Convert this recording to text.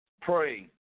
Pray